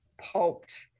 pulped